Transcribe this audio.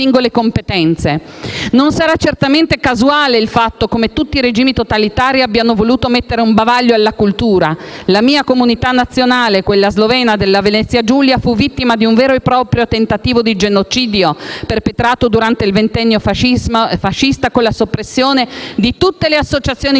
Non sarà certamente casuale il fatto che tutti i regimi totalitari abbiano voluto mettere un bavaglio alla cultura: la mia comunità nazionale, quella slovena della Venezia Giulia, fu vittima di un vero e proprio tentativo di genocidio perpetrato durante il Ventennio fascista, con la soppressione di tutte le associazioni culturali,